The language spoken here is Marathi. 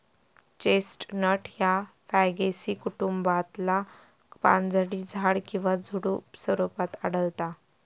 चेस्टनट ह्या फॅगेसी कुटुंबातला पानझडी झाड किंवा झुडुप स्वरूपात आढळता